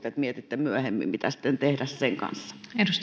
että mietitte myöhemmin mitä sitten tehdä sen kanssa